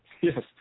Yes